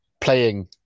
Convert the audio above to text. playing